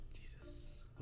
Jesus